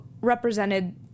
represented